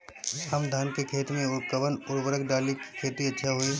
हम धान के खेत में कवन उर्वरक डाली कि खेती अच्छा होई?